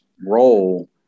role